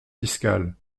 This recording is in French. fiscal